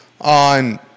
on